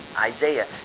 Isaiah